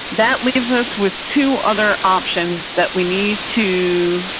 that leaves us with two other options that we need to.